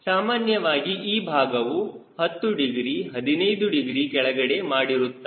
ಸಾಮಾನ್ಯವಾಗಿ ಈ ಭಾಗವು 10 ಡಿಗ್ರಿ 15 ಡಿಗ್ರಿ ಕೆಳಗಡೆ ಮಾಡಿರುತ್ತಾರೆ